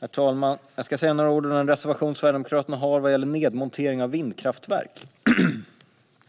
Herr talman! Jag ska säga några ord om den reservation Sverigedemokraterna har vad gäller nedmontering av vindkraftverk.